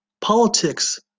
Politics